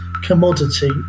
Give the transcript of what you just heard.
commodity